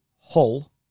Hull